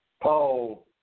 Paul